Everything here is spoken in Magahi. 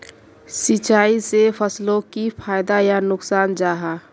सिंचाई से फसलोक की फायदा या नुकसान जाहा?